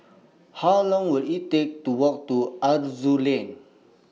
How Long Will IT Take to Walk to Aroozoo Lane